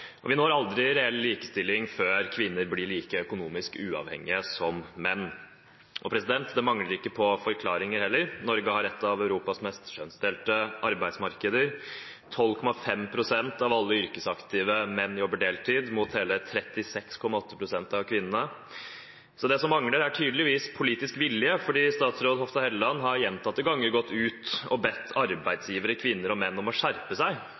og vi når aldri reell likestilling før kvinner blir like økonomisk uavhengige som menn. Det mangler heller ikke på forklaringer. Norge har et av Europas mest kjønnsdelte arbeidsmarkeder. 12,5 pst. av alle yrkesaktive menn jobber deltid, mot hele 36,8 pst. av kvinnene. Så det som mangler, er tydeligvis politisk vilje, for statsråd Hofstad Helleland har gjentatte ganger gått ut og bedt arbeidsgivere, kvinner og menn, om å skjerpe seg,